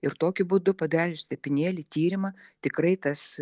ir tokiu būdu padarius tepinėlį tyrimą tikrai tas